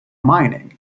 mining